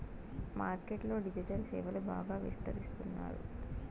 market లో digital సేవలు బాగా విస్తరిస్తున్నారు